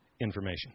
Information